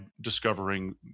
discovering